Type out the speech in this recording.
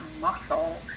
muscle